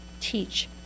teach